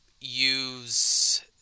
use